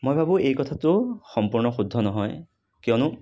মই ভাবো এই কথাটো সম্পূৰ্ণ শুদ্ধ নহয় কিয়নো